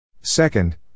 Second